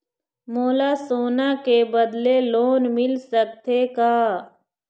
मोला सोना के बदले लोन मिल सकथे का?